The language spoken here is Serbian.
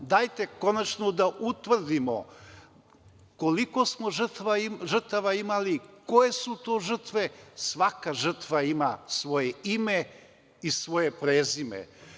Dajte konačno da utvrdimo koliko smo žrtava imali, koje su to žrtve, svaka žrtva ima svoje ime i svoje prezime.